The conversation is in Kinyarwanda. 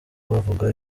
bavuga